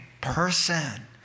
person